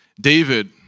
David